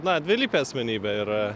na dvilypė asmenybė ir